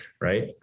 Right